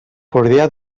podria